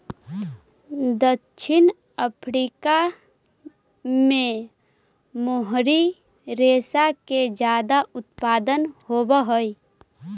दक्षिण अफ्रीका में मोहरी रेशा के ज्यादा उत्पादन होवऽ हई